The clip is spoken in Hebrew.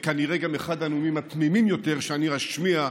וכנראה גם אחד הנאומים התמימים יותר שאני אשמיע,